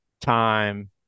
time